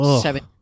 seven